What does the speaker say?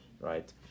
right